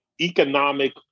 economic